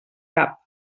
cap